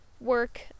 work